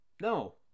No